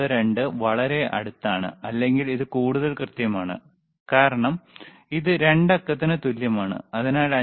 92 വളരെ അടുത്താണ് അല്ലെങ്കിൽ ഇത് കൂടുതൽ കൃത്യമാണ് കാരണം ഇത് 2 അക്കത്തിന് തുല്യമാണ് അതിനാൽ 5